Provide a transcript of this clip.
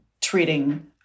treating